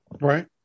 Right